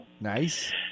nice